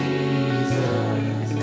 Jesus